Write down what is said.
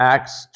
Acts